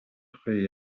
тухай